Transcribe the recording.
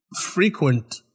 frequent